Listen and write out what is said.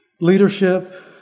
leadership